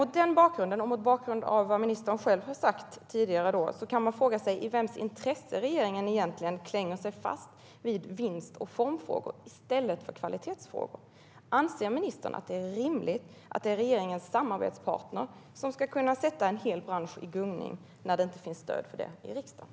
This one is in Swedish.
Mot denna bakgrund och mot bakgrund av vad ministern tidigare har sagt kan man fråga sig i vems intresse regeringen klänger sig fast vid vinst och formfrågor i stället för kvalitetsfrågor. Anser ministern att det är rimligt att regeringens samarbetspartner ska kunna sätta en hel bransch i gungning när det inte finns stöd för det i riksdagen?